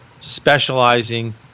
specializing